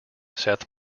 seth